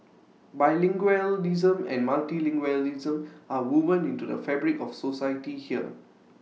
bilingualism and Multilingualism are woven into the fabric of society here